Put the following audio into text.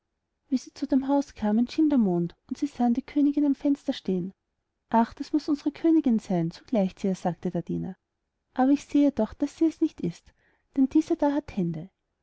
wie sie zu dem haus kamen schien der mond und sie sahen die königin am fenster stehen ach das muß unsere königin seyn so gleicht sie ihr sagte der diener aber ich sehe doch daß sie es nicht ist denn diese da hat hände